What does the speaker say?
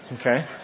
Okay